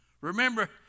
Remember